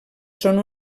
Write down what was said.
són